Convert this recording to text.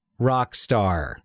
Rockstar